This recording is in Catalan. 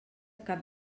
cap